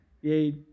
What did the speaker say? yay